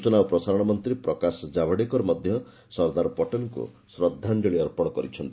ସୂଚନା ଓ ପ୍ରସାରଣ ମନ୍ତ୍ରୀ ପ୍ରକାଶ ଜାଭେଡକର ମଧ୍ୟ ସର୍ଦ୍ଦାର ପଟେଲଙ୍କୁ ଶ୍ରଦ୍ଧାଞ୍ଚଳି ଅର୍ପଣ କରିଛନ୍ତି